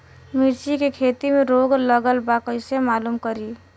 मिर्ची के खेती में रोग लगल बा कईसे मालूम करि?